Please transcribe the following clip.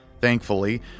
Thankfully